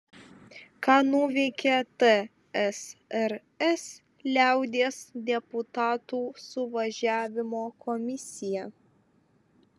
ką nuveikė tsrs liaudies deputatų suvažiavimo komisija